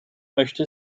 möchte